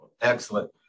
Excellent